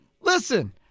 listen